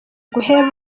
guheba